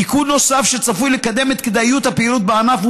תיקון נוסף שצפוי לקדם את כדאיות הפעילות בענף הוא